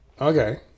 Okay